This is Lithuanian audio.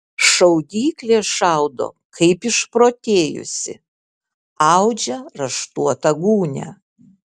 šaudyklė šaudo kaip išprotėjusi audžia raštuotą gūnią